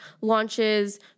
launches